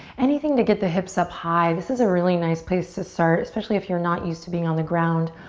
anything to get the hips up high. this is a really nice place to start, especially if you're not used to being on the ground,